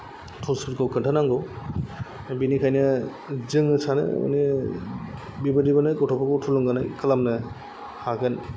रुल्सफोरखौ खोन्थानांगौ बेनिखायनो जोङो सानो माने बेबादिबानो गथ'फोरखौ थुलुंगानाय खालामनो हागोन